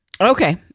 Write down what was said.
Okay